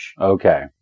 Okay